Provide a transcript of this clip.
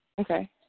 Okay